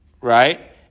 right